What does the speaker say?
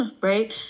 Right